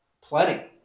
plenty